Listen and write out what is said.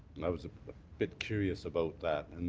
i was a bit curious about that. and,